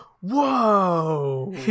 whoa